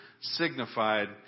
signified